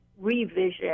revision